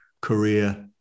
career